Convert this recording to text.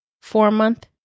four-month